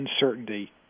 uncertainty